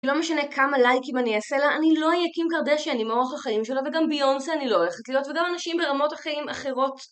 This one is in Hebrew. לא משנה כמה לייקים אני אעשה לה, אני לא אייקים קרדשן עם אורח החיים שלה וגם ביונסה אני לא הולכת להיות וגם אנשים ברמות החיים אחרות